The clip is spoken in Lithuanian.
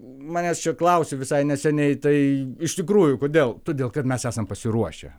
manęs čia klausė visai neseniai tai iš tikrųjų kodėl todėl kad mes esam pasiruošę